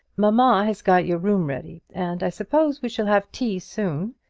mamma has got your room ready and i suppose we shall have tea soon.